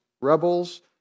rebels